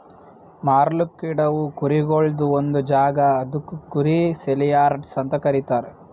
ಮಾರ್ಲುಕ್ ಇಡವು ಕುರಿಗೊಳ್ದು ಒಂದ್ ಜಾಗ ಅದುಕ್ ಕುರಿ ಸೇಲಿಯಾರ್ಡ್ಸ್ ಅಂತ ಕರೀತಾರ